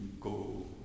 go